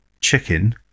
Chicken